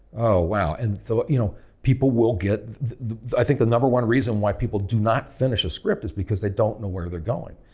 oh wow? and so you know people will get i think the number one reason why people do not finish a script is because they don't know where they are going?